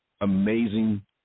amazing